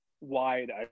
wide